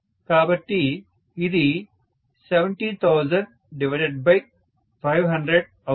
కాబట్టి ఇది 70103500అవుతుంది